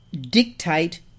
dictate